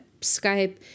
Skype